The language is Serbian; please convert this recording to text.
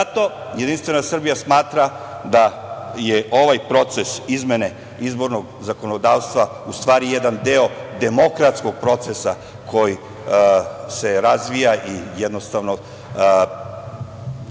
Jedinstvena Srbija smatra da je ovaj proces izmene izbornog zakonodavstva u stvari jedan deo demokratskog procesa koji se razvija i teče